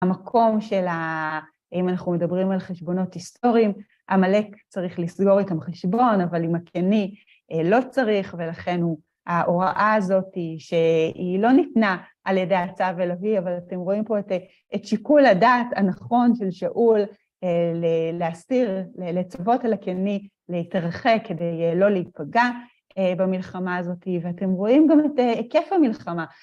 המקום של ה... אם אנחנו מדברים על חשבונות היסטוריים, עמלק צריך לסגור איתם חשבון, אבל עם הקיני לא צריך, ולכן ההוראה הזאת, שהיא לא ניתנה על ידי הצו האלוהי, אבל אתם רואים פה את שיקול הדעת הנכון של שאול להסתיר... לצוות על הקיני, להתרחק כדי לא להיפגע במלחמה הזאת, ואתם רואים גם את היקף המלחמה.